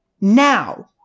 Now